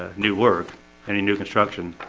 ah new work any new construction